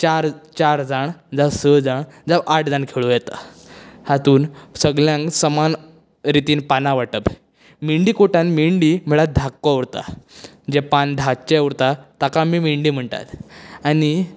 चार चार जाण जावं स जाण जावं आठ जाण खेळूं येता हातूंत सगळ्यांक समान रितीन पानां वाटप मेंडिकोटान मेंडी म्हणल्यार धाको उरता जें पान धाचें उरता ताका आमी मेंडी म्हणटात आनी